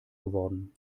geworden